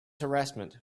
harassment